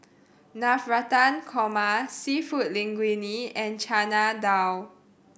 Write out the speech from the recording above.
Navratan Korma Seafood Linguine and Chana Dal